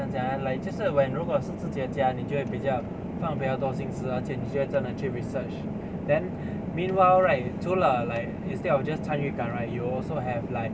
怎样讲啊 like 就是 when 如果是自己的家你就会比较放比较多心思而且你会真的去 research then meanwhile right true lah instead of just 参与感 right you will also have like